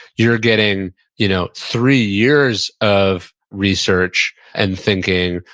you're getting you know three years of research and thinking,